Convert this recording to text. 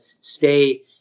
stay